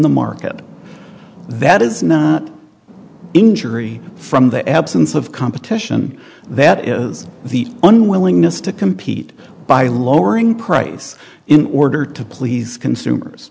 the market that is not injury from the absence of competition that is the unwillingness to compete by lowering price in order to please consumers